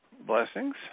Blessings